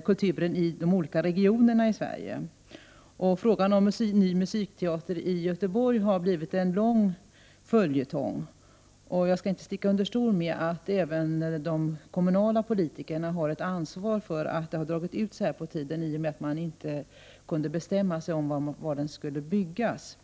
kulturen även i de olika regionerna i Sverige. Frågan om en ny musikteater i Göteborg har blivit en lång följetong. Jag skall inte sticka under stol med att även de kommunala politikerna har ett ansvar för att det dragit ut så här långt på tiden därför att man inte kunde bestämma sig för var teatern skulle byggas.